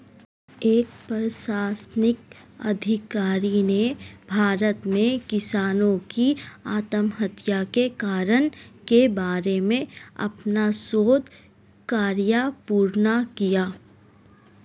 एक प्रशासनिक अधिकारी ने भारत में किसानों की आत्महत्या के कारण के बारे में अपना शोध कार्य पूर्ण किया